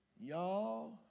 y'all